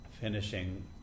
finishing